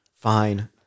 fine